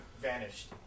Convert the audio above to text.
Vanished